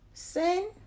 Sin